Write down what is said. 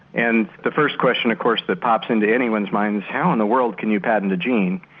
and the first question of course that pops into anyone's mind is how in the world can you patent a gene?